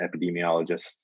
epidemiologists